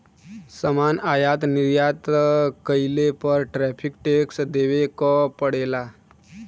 सामान आयात निर्यात कइले पर टैरिफ टैक्स देवे क पड़ेला